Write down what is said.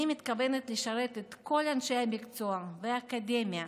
אני מתכוונת לשרת את כל אנשי המקצוע והאקדמיה